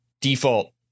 default